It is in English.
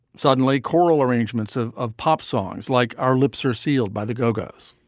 suddenly choral arrangements of of pop songs like our lips are sealed by the go-go's.